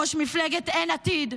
ראש מפלגת אין עתיד,